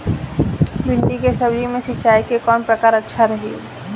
भिंडी के सब्जी मे सिचाई के कौन प्रकार अच्छा रही?